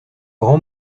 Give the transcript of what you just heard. grand